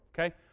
okay